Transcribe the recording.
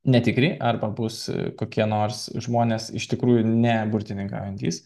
netikri arba bus kokie nors žmonės iš tikrųjų ne burtininkaujantys